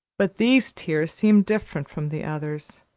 but these tears seemed different from the others,